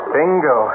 Bingo